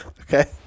Okay